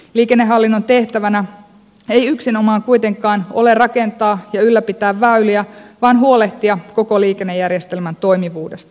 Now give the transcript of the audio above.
liikennehallinnon tehtävänä ei yksinomaan kuitenkaan ole rakentaa ja ylläpitää väyliä vaan huolehtia koko liikennejärjestelmän toimivuudesta